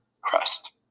crust